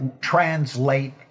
translate